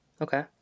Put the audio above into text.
Okay